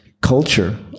culture